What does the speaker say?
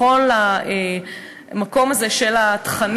לכל המקום הזה של התכנים,